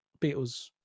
Beatles